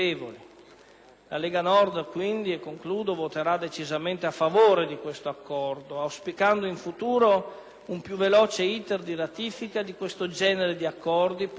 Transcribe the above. Lega Nord voterà quindi decisamente a favore di questo Accordo, auspicando in futuro un più veloce *iter* di ratifica di questo genere di accordi, posto